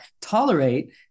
tolerate